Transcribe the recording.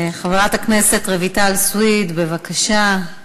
חברת הכנסת רויטל סויד, בבקשה.